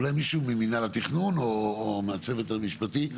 אולי מישהו ממנהל התכנון או מהצוות המשפטי,